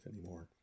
anymore